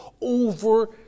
over